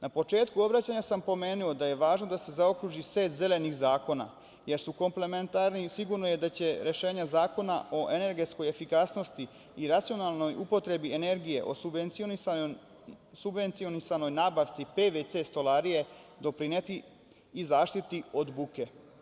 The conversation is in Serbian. Na početku obraćanja sam pomenuo da je važno da se zaokruži set zelenih zakona, jer su komplementarni i sigurno je da će rešenja Zakona o energetskoj efikasnosti i racionalnoj upotrebi energije o subvencionisanoj nabavci pvc stolarije doprineti i zaštiti od buke.